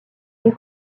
est